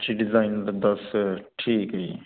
ਅੱਛਾ ਡਿਜਾਇਨ ਦਸ ਠੀਕ ਹੈ ਜੀ